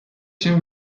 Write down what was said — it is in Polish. się